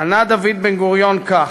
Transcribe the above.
ענה דוד בן-גוריון כך: